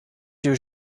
two